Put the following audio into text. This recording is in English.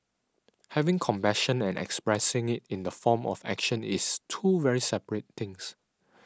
having compassion and expressing it in the form of action is two very separate things